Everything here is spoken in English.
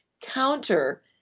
counter